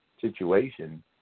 situation